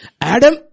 Adam